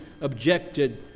objected